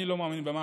אני לא מאמין במח"ש.